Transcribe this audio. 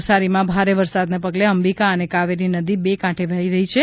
નવસારીમાં ભારે વરસાદને પગલે અંબિકા અને કાવેરી નદી બે કાંઠે વહી રહી છે